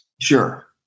Sure